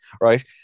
right